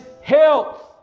health